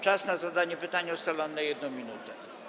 Czas na zadanie pytania ustalam na 1 minutę.